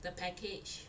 the package